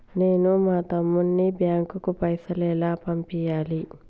నేను మా తమ్ముని బ్యాంకుకు పైసలు ఎలా పంపియ్యాలి?